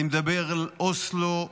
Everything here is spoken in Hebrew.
אני מדבר על אוסלו,